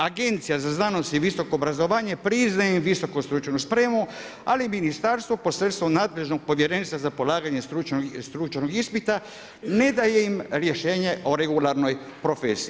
Agencija za znanost i visoko obrazovanje priznaje im visoko stručnu spremu ali ministarstvo posredstvom nadležnog povjerenstva za polaganje stručnog ispita ne da im rješenje o regularnoj profesiji.